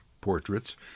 portraits